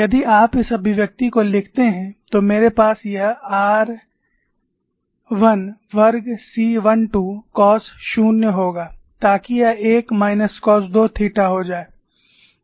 यदि आप इस अभिव्यक्ति को लिखते हैं तो मेरे पास यह r 1 वर्ग C 1 2 कॉस 0 होगा ताकि यह 1 माइनस कॉस 2 थीटा हो जाए